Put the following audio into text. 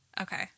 Okay